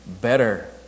better